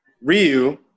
ryu